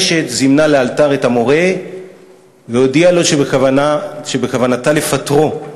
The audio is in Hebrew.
הרשת זימנה לאלתר את המורה והודיעה לו שבכוונתה לפטרו.